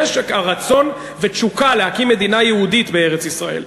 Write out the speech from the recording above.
יש הרצון ותשוקה להקים מדינה יהודית בארץ-ישראל,